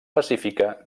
pacífica